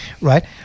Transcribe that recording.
right